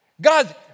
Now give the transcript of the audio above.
God